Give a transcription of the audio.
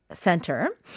Center